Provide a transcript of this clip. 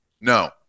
No